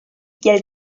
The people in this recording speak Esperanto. kiel